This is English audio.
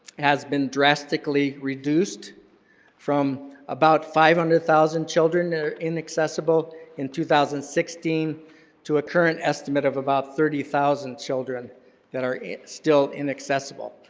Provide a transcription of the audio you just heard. has been drastically reduced from about five hundred thousand children are inaccessible in two thousand and sixteen to a current estimate of about thirty thousand children that are still inaccessible.